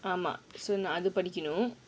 ஆமா நான் அது படிக்கணும்:aamaa naan adhu padikkanum